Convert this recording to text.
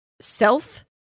self